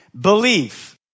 Belief